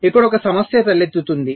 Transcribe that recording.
ఇక్కడ ఒక సమస్య తలెత్తుతుంది